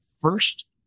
first